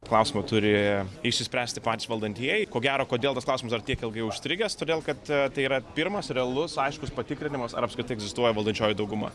klausimą turi išsispręsti patys valdantieji ko gero kodėl tas klausimas dar tiek ilgai užstrigęs todėl kad tai yra pirmas realus aiškus patikrinimas ar apskritai egzistuoja valdančioji dauguma